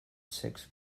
six